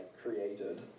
created